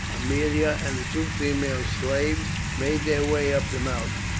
aemilia, and the two female slaves made their way up the mountain.